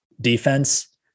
defense